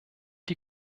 die